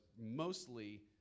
mostly